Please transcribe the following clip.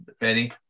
Benny